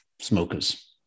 smokers